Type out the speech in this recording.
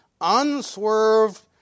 unswerved